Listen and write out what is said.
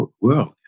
world